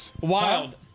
Wild